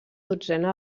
dotzena